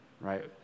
right